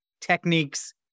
techniques